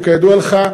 וכידוע לך,